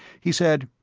he said,